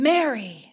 Mary